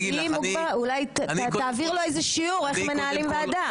אולי תעביר לו איזה שיעור איך מנהלים ועדה.